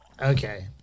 Okay